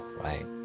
right